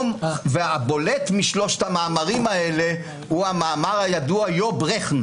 והבולט משלושת המאמרים האלה הוא המאמר הידוע יו ברכן